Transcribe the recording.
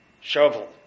shovel